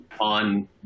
on